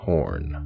Horn